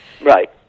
Right